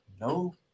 No